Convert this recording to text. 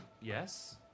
yes